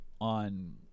on